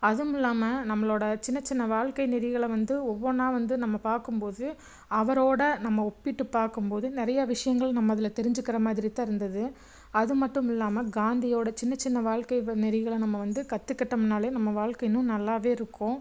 அதுவும் இல்லாமல் நம்மளோடய சின்ன சின்ன வாழ்க்கை நெறிகளை வந்து ஒவ்வொன்னாக வந்து நம்ம பார்க்கும்போது அவரோடு நம்ம ஒப்பிட்டு பார்க்கும்போது நிறைய விஷயங்கள் நம்மதுல தெரிஞ்சிக்கிற மாதிரித்தான் இருந்தது அது மட்டும் இல்லாமல் காந்தியோடய சின்ன சின்ன வாழ்க்கை வ நெறிகளை நம்ம வந்து கத்துக்கிட்டம்னாலே நம்ம வாழ்க்கை இன்னும் நல்லாவே இருக்கும்